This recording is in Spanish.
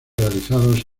realizados